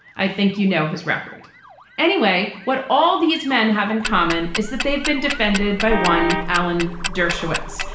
i think you know his record anyway. what all these men have in common is that they've been defended by one. alan dershowitz,